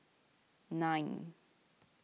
nine